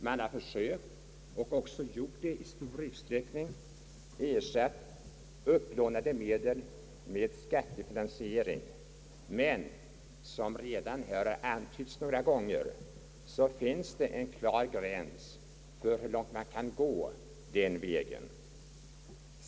Man har försökt och även i stor utsträckning lyckats ersätta upplånade medel med skattefinansiering, men som redan här har antytts några gånger av andra talare finns det en klar gräns för hur långt man kan gå på den vägen.